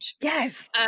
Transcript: Yes